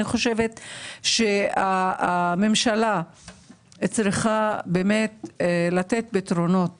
אני חושבת שהממשלה צריכה באמת לתת פתרונות